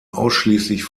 ausschließlich